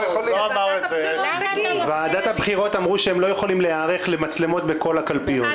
ועדת הבחירות אמרו שהם לא יכולים להיערך למצלמות בכל הקלפיות.